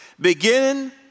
Begin